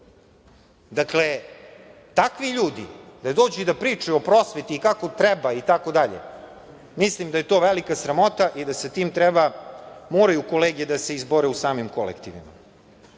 takvi ljudi da dođu i da pričaju o prosveti i kako treba itd. mislim da je to velika sramota i da se tim moraju kolege da se izbore u samim kolektivima. Da